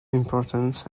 importance